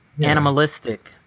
animalistic